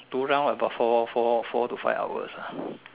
two rounds about four four four to five hours ah